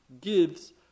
gives